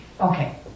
Okay